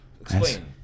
Explain